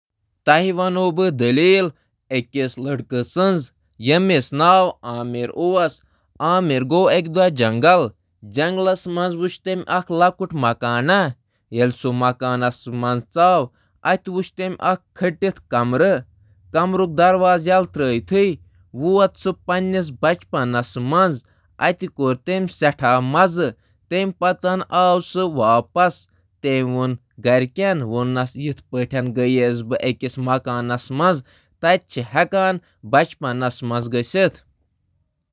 بہٕ ونن اکس یتھس کردارس متعلق اکھ دٔلیٖل یُس وقتُک سفر کرنُک طریقہٕ دریافت کران چُھ۔ سُہ گوٚو اکھ جنگل ییلہٕ تٔمۍ تتہٕ اکھ مکان وُچھ، ییلہٕ سُہ مکانس منٛز دٲخل گوٚو، تٔمۍ وچھ اکھ کمرہ ییٚلہ سُہ أکس کمرس منٛز دٲخل گوٚو تہٕ اکھ کمرہ کھول، سُہ گوٚو لۄکچارس منٛز تہٕ تتہٕ کوٚرُن واریاہ لُطف، ییلہٕ گھر واپس آو، تٔمۍ ووٚن پنٛنِس مٲلِس ماجہِ یِتھ کٔنۍ زِ تٔمۍ وُچھ تہٕ کوٚر۔